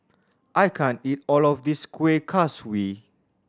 I can't eat all of this Kueh Kaswi